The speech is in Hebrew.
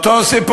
וזה אותו סיפור.